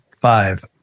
five